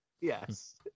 Yes